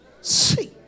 see